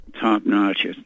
top-notch